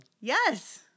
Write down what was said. Yes